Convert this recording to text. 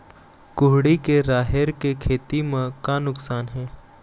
कुहड़ी के राहेर के खेती म का नुकसान हे?